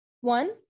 One